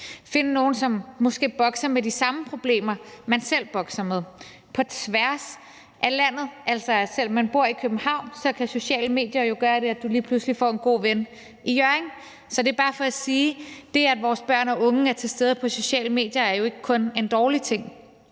finde nogen, som måske bokser med de samme problemer, man selv bokser med, på tværs af landet. Altså, selv om man bor i København, kan sociale medier jo gøre det, at man lige pludselig får en god ven i Hjørring. Så det er bare for at sige, at det, at vores børn og unge er til stede på sociale medier, jo ikke kun er en dårlig ting.